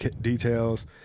details